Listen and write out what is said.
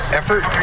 effort